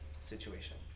situation